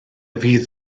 fydd